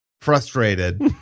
frustrated